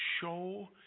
show